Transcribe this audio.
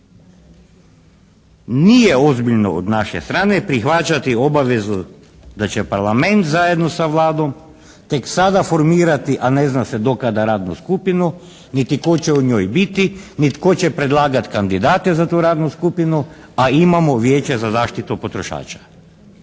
Nije ozbiljno od naše strane prihvaćati obavezu da će Parlament zajedno sa Vladom tek sada formirati, a ne zna se do kada radnu skupinu niti tko će u njoj biti ni tko će predlagati kandidate za tu radnu skupinu, a imamo Vijeće za zaštitu potrošača.